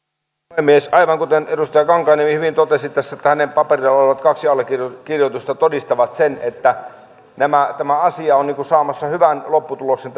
puhemies aivan kuten edustaja kankaanniemi hyvin totesi tässä hänen paperillaan olevat kaksi allekirjoitusta todistavat sen että tämä asia on saamassa hyvän lopputuloksen